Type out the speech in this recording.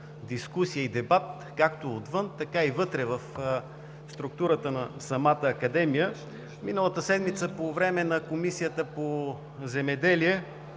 дискусия и дебат както отвън, така и вътре в структурата на самата Академия. Миналата седмица по време на Комисията по земеделие